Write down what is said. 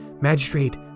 Magistrate